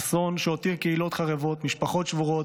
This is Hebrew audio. אסון שהותיר קהילות חרבות, משפחות שבורות,